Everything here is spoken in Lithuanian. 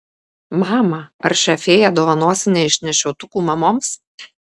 mama ar šią fėją dovanosi neišnešiotukų mamoms